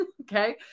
Okay